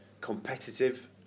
competitive